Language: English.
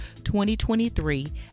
2023